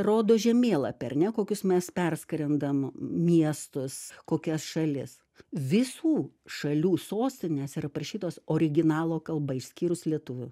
rodo žemėlapį ar ne kokius mes perskrendam miestus kokias šalis visų šalių sostinės yra parašytos originalo kalba išskyrus lietuvių